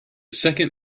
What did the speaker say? second